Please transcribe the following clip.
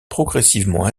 progressivement